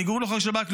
בניגוד לחוק השב"כ,